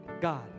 God